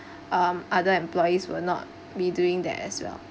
um other employees will not be doing that as well